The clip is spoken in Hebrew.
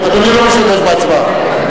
אדוני לא משתתף בהצבעה?